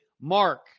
Mark